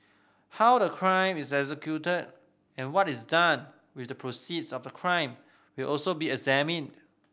how the crime is executed and what is done with the proceeds of the crime will also be examined